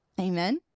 amen